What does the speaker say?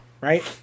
right